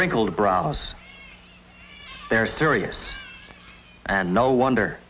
wrinkled brows they're serious and no wonder